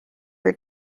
were